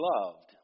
loved